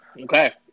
Okay